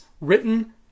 written